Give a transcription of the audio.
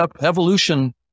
evolution